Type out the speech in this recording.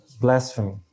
Blasphemy